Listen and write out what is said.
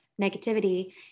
negativity